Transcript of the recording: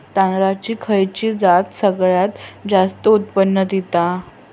तांदळाची खयची जात सगळयात जास्त उत्पन्न दिता?